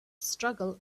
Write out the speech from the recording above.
struggle